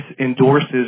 endorses